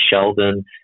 Sheldon